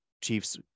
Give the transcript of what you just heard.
Chiefs